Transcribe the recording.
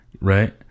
right